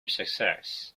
success